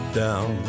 down